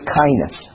kindness